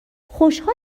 خوشحالم